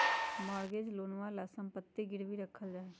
mortgage लोनवा ला सम्पत्ति गिरवी रखल जाहई